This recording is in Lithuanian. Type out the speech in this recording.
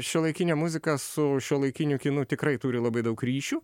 šiuolaikinė muzika su šiuolaikiniu kinu tikrai turi labai daug ryšių